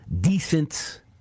decent